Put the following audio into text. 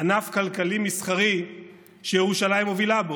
ענף כלכלי מסחרי שירושלים מובילה בו.